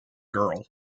girl